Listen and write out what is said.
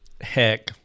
heck